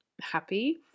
happy